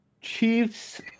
Chiefs